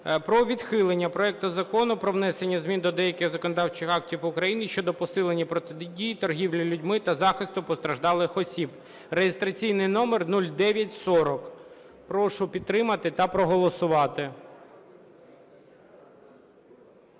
про відхилення проекту Закону про внесення змін до деяких законодавчих актів України щодо посилення протидії торгівлі людьми та захисту постраждалих осіб (реєстраційний номер 0940). Прошу підтримати та проголосувати.